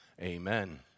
amen